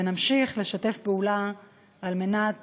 ונמשיך לשתף פעולה על מנת